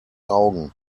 augen